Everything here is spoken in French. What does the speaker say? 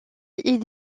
est